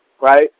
right